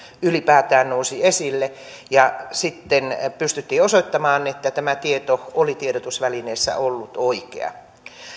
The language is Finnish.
ylipäätään nousi esille ja sitten pystyttiin osoittamaan että tämä tieto oli tiedotusvälineessä ollut oikea